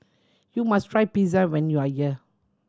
you must try Pizza when you are here